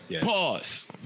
pause